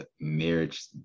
marriage